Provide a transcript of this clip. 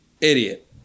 Idiot